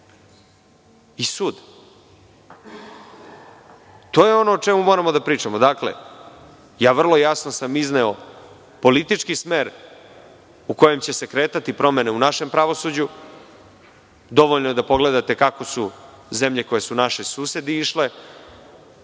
i sud. To je ono o čemu moramo da pričamo. Vrlo jasno sam izneo politički smer u kojem će se kretati promene u našem pravosuđu. Dovoljno je da pogledate kako su zemlje koje su naši susedi išle